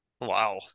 Wow